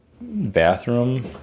Bathroom